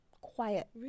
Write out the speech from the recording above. quiet